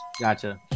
Gotcha